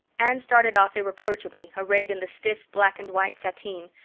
anne started off irreproachable, arrayed in the stiff black-and-white sateen,